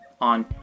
on